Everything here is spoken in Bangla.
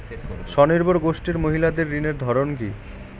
স্বনির্ভর গোষ্ঠীর মহিলাদের ঋণের ধরন কি?